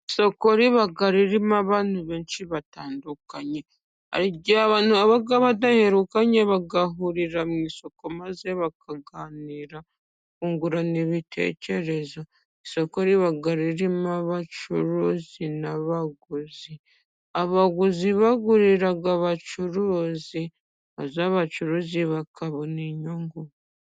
Isoko riba ririmo abantu benshi batandukanye, hari igihe abantu baba badaherukanye, bahurira mu isoko maze bakaganira bungurana ibitekerezo, isoko riba ririmo abacuruzi n'abaguzi, abaguzi bagurira abacuruzi maze abacuruzi bakabona inyungu.